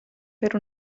per